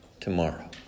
tomorrow